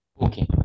Okay